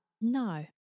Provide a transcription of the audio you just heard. No